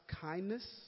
kindness